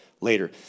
later